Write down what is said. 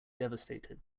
devastated